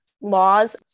laws